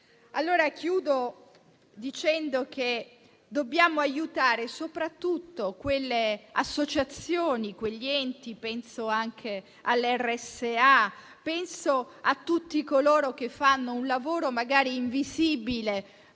Termino dicendo che dobbiamo aiutare soprattutto le associazioni e gli enti: penso anche alle RSA e a tutti coloro che fanno un lavoro magari invisibile,